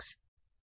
నా అక్షాలు ఏమిటి